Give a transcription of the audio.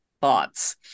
Thoughts